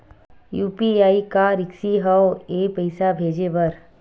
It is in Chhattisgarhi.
यू.पी.आई का रिसकी हंव ए पईसा भेजे बर?